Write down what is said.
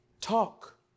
talk